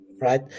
Right